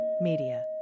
Media